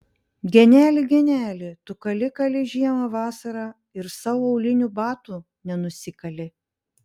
geneli geneli tu kali kali žiemą vasarą ir sau aulinių batų nenusikali